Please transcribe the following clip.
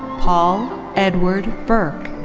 paul edward burke.